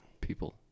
people